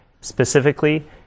specifically